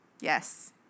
yes